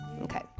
Okay